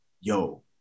yo